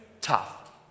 tough